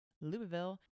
Louisville